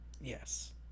Yes